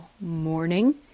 morning